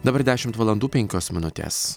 dabar dešimt valandų penkios minutės